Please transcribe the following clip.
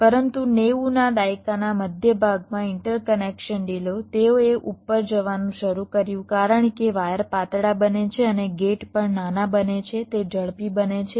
પરંતુ 90 ના દાયકાના મધ્યભાગમાં ઇન્ટરકનેક્શન ડિલે તેઓએ ઉપર જવાનું શરૂ કર્યું કારણ કે વાયર પાતળા બને છે અને ગેટ પણ નાના બને છે તે ઝડપી બને છે